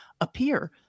appear